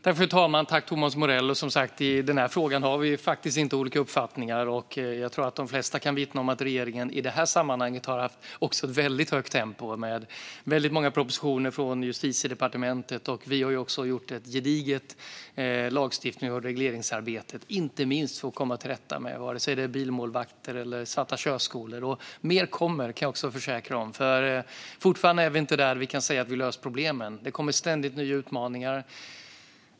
Fru talman! Som sagt: I den här frågan har vi faktiskt inte olika uppfattningar. Jag tror att de flesta kan vittna om att regeringen i det här sammanhanget har haft ett högt tempo med många propositioner från Justitiedepartementet. Vi har också gjort ett gediget lagstiftnings och regleringsarbete för att komma till rätta med både bilmålvakter och svarta körskolor. Mer kommer, kan jag försäkra, för vi är fortfarande inte där vi kan säga att vi löst problemen. Det kommer ständigt nya utmaningar.